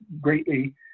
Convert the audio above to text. greatly